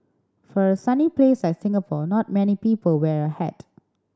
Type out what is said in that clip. for a sunny place like Singapore not many people wear a hat